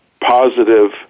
positive